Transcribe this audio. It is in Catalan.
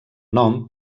nom